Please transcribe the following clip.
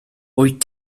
wyt